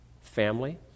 Family